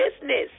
business